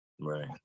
Right